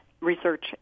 Research